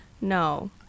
No